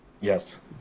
Yes